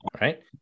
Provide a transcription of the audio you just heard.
right